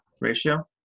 ratio